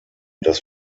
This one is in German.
dass